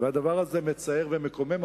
והדבר הזה מצער ומקומם,